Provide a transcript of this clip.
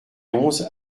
onze